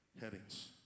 headings